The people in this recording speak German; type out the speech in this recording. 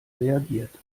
reagiert